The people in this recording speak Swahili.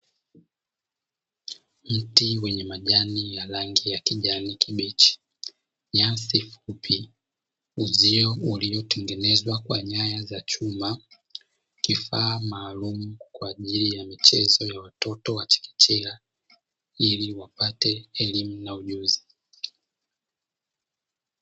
Mti wenye majani ya rangi ya kijani kibichi, nyasi fupi, uzio uliotengenezwa kwa nyaya za chuma, kifaa maalumu kwa ajili ya michezo ya watoto wa chekechea, ili wapate elimu na ujuzi.